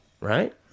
Right